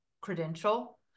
credential